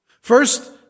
First